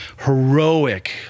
heroic